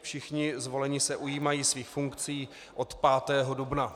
Všichni zvolení se ujímají svých funkcí od 5. dubna.